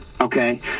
okay